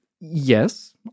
yes